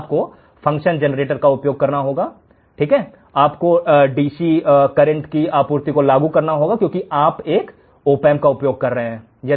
आपको function generator का उपयोग करना होगा आपको डीसी बिजली की आपूर्ति को लागू करना होगा क्योंकि आप एक ऑम्पैम्प का उपयोग कर रहे हैं